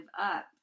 up